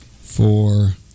four